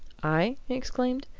aye? he exclaimed.